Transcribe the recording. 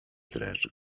dreszcz